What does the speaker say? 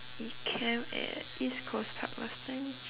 we camp at east coast park last time